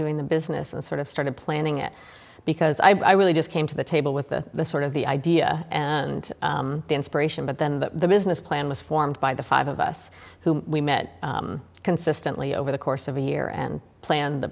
doing the business and sort of started planning it because i really just came to the table with the sort of the idea and the inspiration but then the business plan was formed by the five of us who we met consistently over the course of a year and planned the